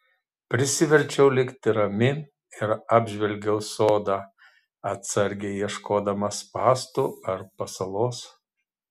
prisiverčiau likti rami ir apžvelgiau sodą atsargiai ieškodama spąstų ar pasalos